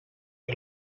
pre